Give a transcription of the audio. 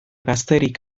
gazterik